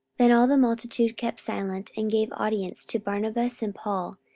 then all the multitude kept silence, and gave audience to barnabas and paul,